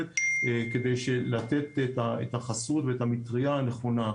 יש לנו מחויבות עצומה בעניין הזה.